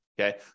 Okay